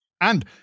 And-